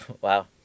Wow